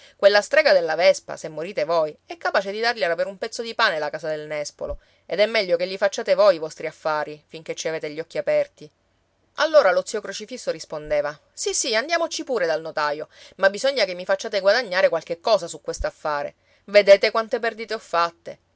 quella strega della vespa se morite voi è capace di dargliela per un pezzo di pane la casa del nespolo ed è meglio che li facciate voi i vostri affari finché ci avete gli occhi aperti allora lo zio crocifisso rispondeva sì sì andiamoci pure dal notaio ma bisogna che mi facciate guadagnare qualche cosa su questo affare vedete quante perdite ho fatte